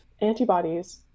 antibodies